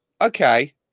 okay